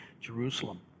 Jerusalem